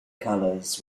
colors